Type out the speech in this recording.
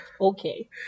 Okay